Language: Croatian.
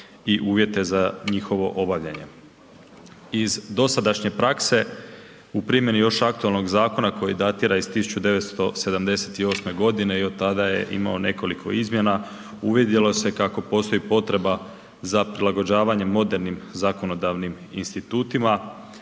i uvjete za njihovo obavljanje. Iz dosadašnje prakse u primjeni još aktualnog zakona koji datira iz 1978. godine i od tada je imao nekoliko izmjena uvidjelo se kako postoji potreba za prilagođavanjem modernim zakonodavnim institutima.